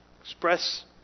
Express